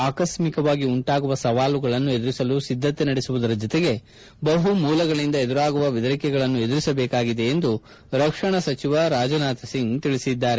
ಆಕಸ್ವಿಕವಾಗಿ ಉಂಟಾಗುವ ಸವಾಲುಗಳನ್ನು ಎದುರಿಸಲು ಸಿದ್ಗತೆ ನಡೆಸುವುದರ ಜೊತೆಗೆ ಬಹು ಮೂಲಗಳಿಂದ ಎದುರಾಗುವ ಬೆದರಿಕೆಗಳನ್ನು ಎದುರಿಸಬೇಕಾಗಿದೆ ಎಂದು ರಕ್ಷಣಾ ಸಚಿವ ರಾಜನಾಥ್ ಸಿಂಗ್ ಹೇಳಿದ್ದಾರೆ